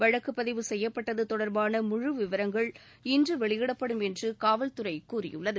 வழக்கு பதிவு செய்யப்பட்டது தொடர்பான முழு விவரங்கள் இன்று வெளியிடப்படும் என்று காவல்துறை கூறியுள்ளது